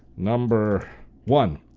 number one.